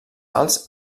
alts